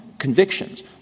convictions